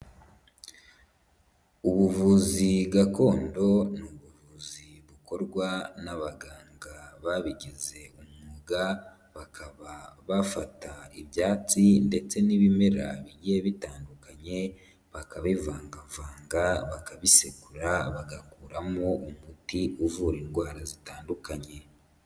Ubuvuzi gakondo n'ubuvuzi bukorwa n'abaganga babigize umwuga, bakaba bafata ibyatsi ndetse n'ibimera bigiye bitandukanye bakabivangavanga bakabisegura bagakuramo umuti uvura indwara zitandukanye.